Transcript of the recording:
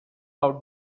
out